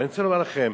ואני רוצה לומר לכם,